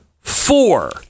four